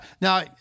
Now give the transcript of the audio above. now